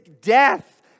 death